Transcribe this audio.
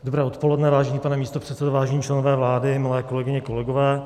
Dobré odpoledne, vážený pane místopředsedo, vážení členové vlády, milé kolegyně, kolegové.